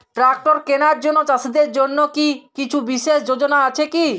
Tractor কেনার জন্য চাষীদের জন্য কী কিছু বিশেষ যোজনা আছে কি?